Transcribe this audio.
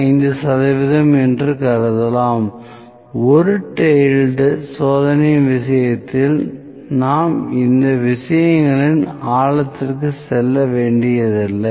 5 சதவீதம் என்று கருதலாம் ஒரு டெய்ல்டு சோதனை விஷயத்தில் நாம் இந்த விஷயங்களின் ஆழத்திற்கு செல்ல வேண்டியதில்லை